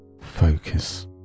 Focus